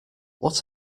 what